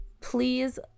Please